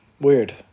Weird